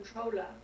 controller